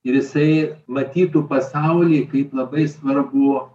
ir jisai matytų pasaulį kaip labai svarbų